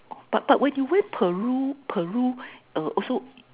oh but but when you went Peru Peru err also